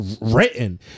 written